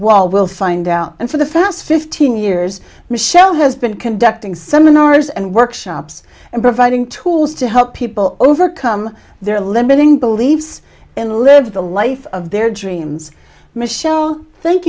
wall we'll find out and for the fast fifteen years michelle has been conducting seminars and workshops and providing tools to help overcome their limiting beliefs and live the life of their dreams michelle thank